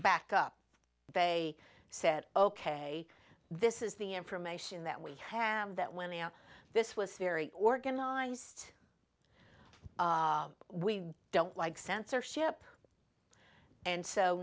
back up they said ok this is the information that we have that when this was very organized we don't like censorship and so